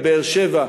בבאר-שבע?